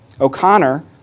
O'Connor